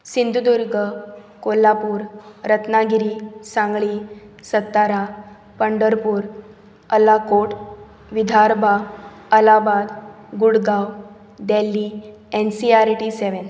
Sindhudurg Kolhapur Ratnagiri Sangli Satara Pandharpur Akkalkot Vidarbha Allahabad Gurgaon Delhi NCR T seven